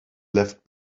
left